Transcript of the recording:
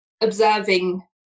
observing